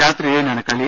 രാത്രി ഏഴിനാണ് കളി